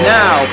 now